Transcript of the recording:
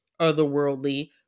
otherworldly